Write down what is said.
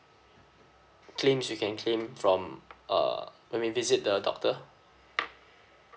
claims you can claim from uh I mean visit the doctor